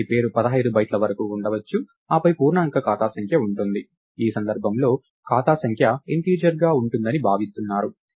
కాబట్టి పేరు 15 బైట్ల వరకు ఉండవచ్చు ఆపై పూర్ణాంక ఖాతా సంఖ్య ఉంటుంది ఈ సందర్భంలో ఖాతా సంఖ్య ఇంటిజర్ గా ఉంటుందని భావిస్తున్నారు